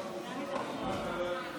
אדוני היושב-ראש,